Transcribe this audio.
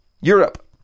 Europe